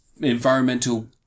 environmental